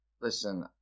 Listen